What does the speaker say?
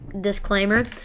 disclaimer